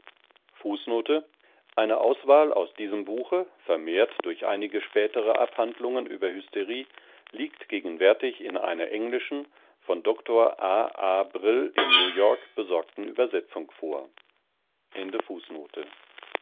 eine auswahl aus diesem buche vermehrt durch einige spätere abhandlungen über hysterie liegt gegenwärtig in einer englischen von dr a a brill in new york besorgten übersetzung vor